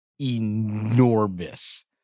enormous